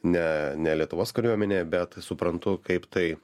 ne ne lietuvos kariuomenėje bet suprantu kaip tai